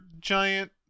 giant